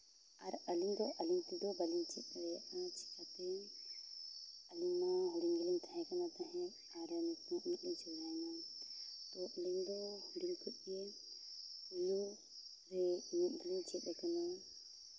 ᱟᱨ ᱟᱹᱞᱤᱧ ᱫᱚ ᱟᱹᱞᱤᱧ ᱛᱮᱫᱚ ᱵᱟᱹᱞᱤᱧ ᱪᱮᱫ ᱫᱟᱲᱮᱭᱟᱜ ᱠᱟᱱᱟ ᱪᱮᱠᱟᱛᱮ ᱟᱹᱞᱤᱧ ᱢᱟ ᱦᱩᱰᱤᱧ ᱜᱮᱞᱤᱧ ᱛᱟᱦᱮᱸᱠᱟᱱ ᱛᱟᱦᱮᱸᱫ ᱟᱨ ᱱᱤᱛᱳᱜ ᱩᱱᱟᱹᱜ ᱞᱤᱧ ᱥᱮᱬᱟᱭ ᱱᱟ ᱛᱚ ᱟᱹᱞᱤᱧ ᱫᱚ ᱦᱩᱰᱤᱧ ᱠᱷᱚᱡ ᱜᱮ ᱯᱳᱭᱞᱳ ᱨᱮ ᱮᱱᱮᱡ ᱫᱚᱞᱤᱧ ᱪᱮᱫ ᱟᱠᱟᱱᱟ